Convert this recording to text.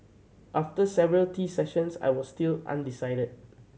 after several tea sessions I was still undecided